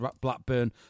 Blackburn